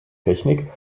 technik